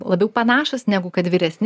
labiau panašūs negu kad vyresni